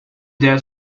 dare